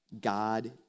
God